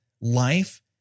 life